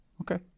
Okay